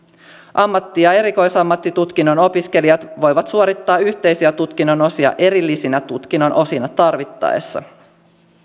ammatti ja erikoisammattitutkinnon opiskelijat voivat suorittaa yhteisiä tutkinnon osia erillisinä tutkinnon osina tarvittaessa